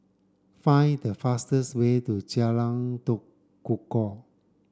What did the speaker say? find the fastest way to Jalan Tekukor